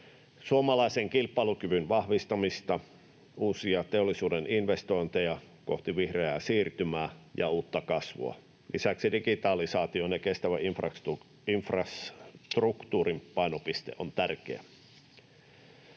suomalaisen kilpailukyvyn vahvistamista, uusia teollisuuden investointeja kohti vihreää siirtymää ja uutta kasvua. Lisäksi digitalisaation ja kestävän infrastruktuurin painopiste on tärkeä.